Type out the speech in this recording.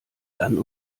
dann